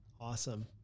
Awesome